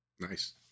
Nice